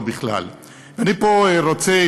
ואני פה רוצה,